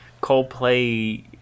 Coldplay